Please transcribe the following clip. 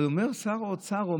אבל אומר זאת שר האוצר,